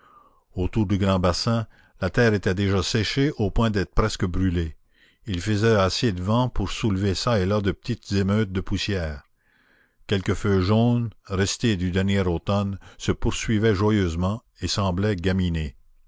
autour du grand bassin la terre était déjà séchée au point d'être presque brûlée il faisait assez de vent pour soulever çà et là de petites émeutes de poussière quelques feuilles jaunes restées du dernier automne se poursuivaient joyeusement et semblaient gaminer